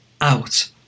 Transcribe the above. out